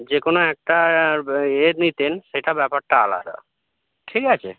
যে কোনো একটা ইয়ে নিতেন সেটা ব্যাপারটা আলাদা ঠিক আচে